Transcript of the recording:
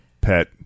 pet